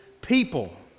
people